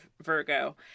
Virgo